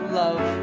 love